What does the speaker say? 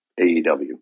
AEW